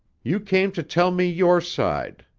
you came to tell me your side.